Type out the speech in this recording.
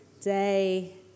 day